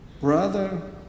brother